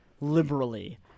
liberally